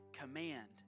command